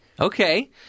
Okay